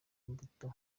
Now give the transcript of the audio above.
mbuto